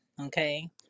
Okay